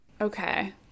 Okay